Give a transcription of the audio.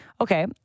Okay